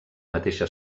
mateixa